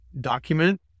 document